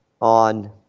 on